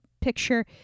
picture